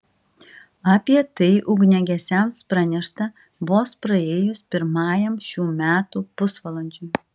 apie tai ugniagesiams pranešta vos praėjus pirmajam šių metų pusvalandžiui